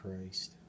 Christ